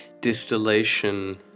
distillation